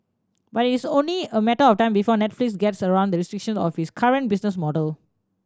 but it is only a matter of time before Netflix gets around the restriction of its current business model